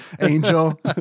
angel